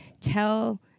tell